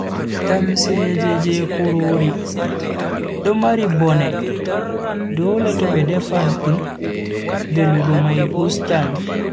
Tamseeje je kurori do mari bone, dole to be defan dum velugo mai ustan.